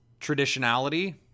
traditionality